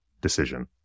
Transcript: decision